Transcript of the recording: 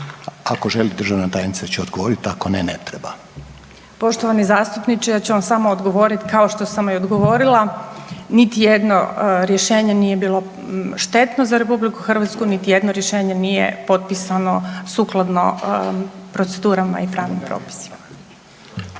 Ako želi državna tajnica će odgovorit, a ako ne, ne treba. **Đurić, Spomenka** Poštovani zastupniče ja ću vam samo odgovorit kao što sam i odgovorila, niti jedno rješenje nije bilo štetno za RH, niti jedno rješenje nije potpisano sukladno procedurama i pravim propisima.